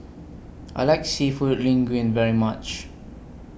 I like Seafood Linguine very much